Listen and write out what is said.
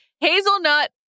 hazelnut